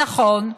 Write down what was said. נכון,